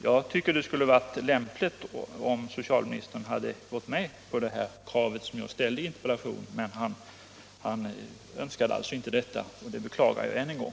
Jag tycker det skulle ha varit lämpligt om socialministern hade gått med på det krav som jag ställde i interpellationen. Men han önskade alltså inte detta, och det beklagar jag än en gång.